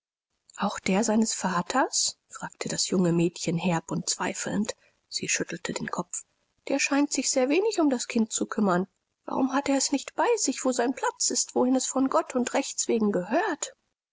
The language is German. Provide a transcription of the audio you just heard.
auch der seines vaters fragte das junge mädchen herb und zweifelnd sie schüttelte den kopf der scheint sich sehr wenig um das kind zu kümmern warum hat er es nicht bei sich wo sein platz ist wohin es von gott und rechts wegen gehört